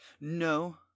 No